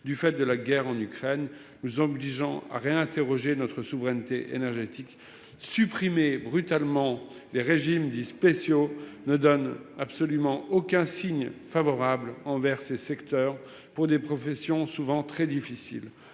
du fait de la guerre en Ukraine, nous obligeant à réinterroger notre souveraineté énergétique. Supprimer brutalement les régimes dits « spéciaux » ne donne absolument aucun signe favorable envers ces secteurs pour des professions souvent très difficiles.